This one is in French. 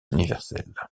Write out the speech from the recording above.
universelle